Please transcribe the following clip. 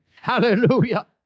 Hallelujah